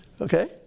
okay